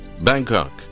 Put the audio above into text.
Bangkok